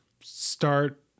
start